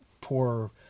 poor